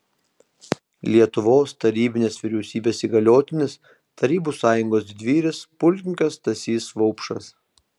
lietuvos tarybinės vyriausybės įgaliotinis tarybų sąjungos didvyris pulkininkas stasys vaupšas